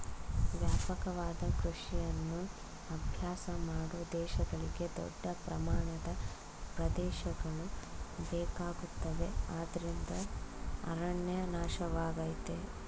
ವ್ಯಾಪಕವಾದ ಕೃಷಿಯನ್ನು ಅಭ್ಯಾಸ ಮಾಡೋ ದೇಶಗಳಿಗೆ ದೊಡ್ಡ ಪ್ರಮಾಣದ ಪ್ರದೇಶಗಳು ಬೇಕಾಗುತ್ತವೆ ಅದ್ರಿಂದ ಅರಣ್ಯ ನಾಶವಾಗಯ್ತೆ